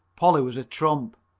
polly was a trump.